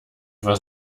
was